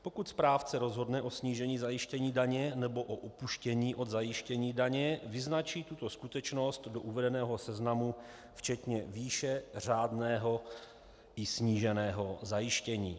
Pokud správce rozhodne o snížení zajištění daně nebo o upuštění od zajištění daně, vyznačí tuto skutečnost do uvedeného seznamu včetně výše řádného i sníženého zajištění.